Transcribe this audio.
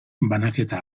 banaketa